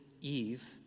Eve